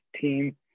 team